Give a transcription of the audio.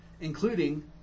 including